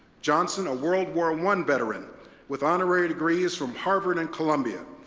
johnson, a world war one veteran with honorary degrees from harvard and columbia,